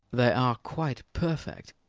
they are quite perfect.